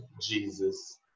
Jesus